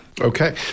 Okay